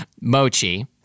Mochi